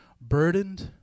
burdened